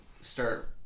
start